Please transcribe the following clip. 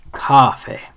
coffee